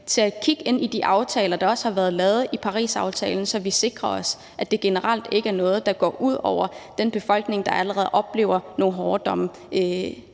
til at kigge ind i de aftaler, der også har været lavet i Parisaftalen, så vi sikrer os, at det generelt ikke er noget, der går ud over den befolkning, der allerede oplever nogle hårde